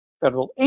federal